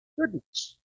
goodness